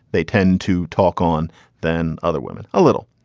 they tend to talk on than other women a little.